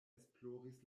esploris